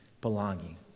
belonging